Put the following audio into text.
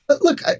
look